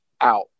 out